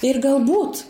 ir galbūt